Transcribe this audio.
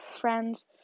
friends